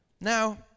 Now